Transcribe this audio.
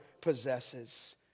possesses